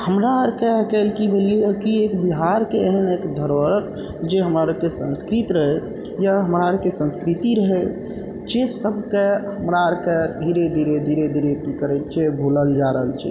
हमरा आरके आइ काल्हि की भेलै हइ कि बिहारके एहन एक धरोहर जे हमरा आरके संस्कृति रहै या हमरा आरके संस्कृति रहै जे सबके हमरा आरके धीरे धीरे धीरे धीरे की करै छै भुलल जा रहल छै